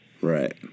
Right